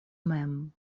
mem